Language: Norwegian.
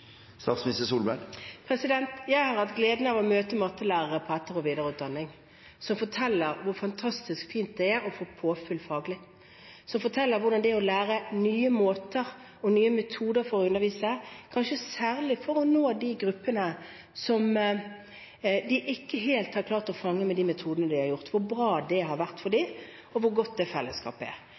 Jeg har hatt gleden av å møte mattelærere i etter- og videreutdanning som forteller hvor fantastisk fint det er å få faglig påfyll, som forteller hvordan det å lære nye måter og metoder å undervise på – kanskje særlig for å nå de gruppene som de ikke helt har klart å fange med de metodene de har brukt – har vært bra for dem, og hvor godt det fellesskapet er.